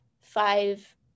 five